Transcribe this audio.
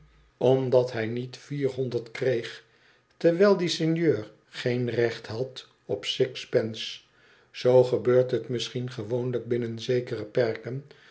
omdat hij niet vierhonderd kreeg terwijl die sinjeur geen recht had op six pence zoo gebeurt het misschien gewoonlijk binnen zekere perken